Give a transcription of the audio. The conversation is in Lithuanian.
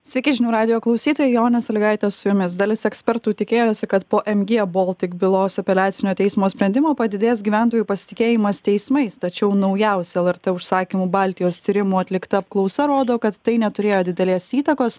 sveiki žinių radijo klausytojai jonė sąlygaitė su jumis dalis ekspertų tikėjosi kad po mg baltic bylos apeliacinio teismo sprendimo padidės gyventojų pasitikėjimas teismais tačiau naujausia lrt užsakymu baltijos tyrimų atlikta apklausa rodo kad tai neturėjo didelės įtakos